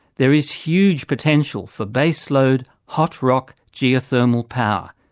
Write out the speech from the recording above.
there is huge potential for base-load, hot rock, geothermal power.